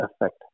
effect